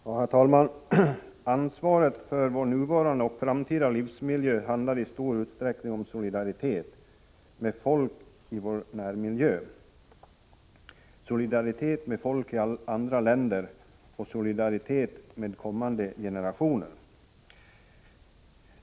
Herr talman! Ansvaret för vår nuvarande och framtida livsmiljö handlar i stor utsträckning om solidaritet — solidaritet med folk i vår närmiljö, med folk i andra länder och med kommande generationer.